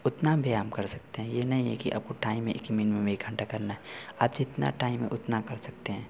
उतना व्यायाम कर सकते हैं यह नहीं है कि आपको टाइम है कि मिनिमम घंटा करना है आप जितना टाइम है उतना कर सकते हैं